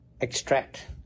Extract